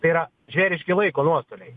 tai yra žvėriški laiko nuostoliai